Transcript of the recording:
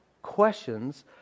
questions